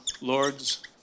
lords